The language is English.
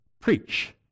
preach